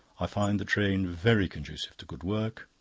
i find the train very conducive to good work.